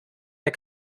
der